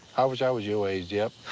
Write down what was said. i wish i was your age, jep.